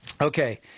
Okay